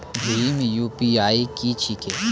भीम UPI की छीके?